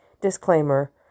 Disclaimer